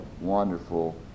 wonderful